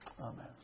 amen